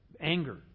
anger